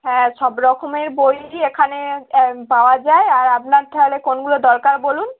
হ্যাঁ সব রকমের বইই এখানে অ্যা পাওয়া যায় আর আপনার তাহলে কোনগুলো দরকার বলুন